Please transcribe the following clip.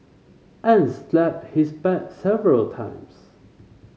and slapped his back several times